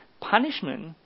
punishment